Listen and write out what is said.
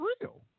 real